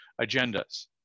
agendas